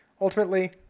ultimately